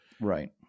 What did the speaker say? Right